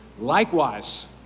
likewise